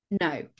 No